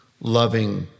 loving